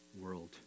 world